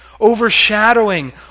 overshadowing